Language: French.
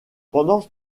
pendant